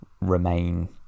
remain